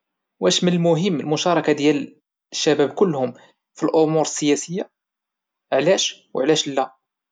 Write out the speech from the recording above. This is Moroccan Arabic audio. واش من المهم المشاركة ديال الشباب كلهم فالامور السياسية علاش وعلاش لا؟